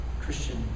Christian